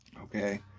okay